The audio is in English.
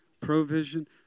provision